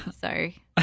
sorry